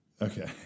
Okay